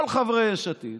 כל חברי יש עתיד